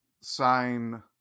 sign